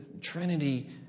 Trinity